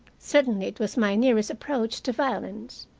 certainly it was my nearest approach to violence.